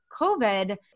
COVID